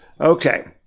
Okay